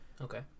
Okay